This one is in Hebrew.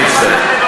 אז אני מצטער.